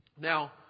Now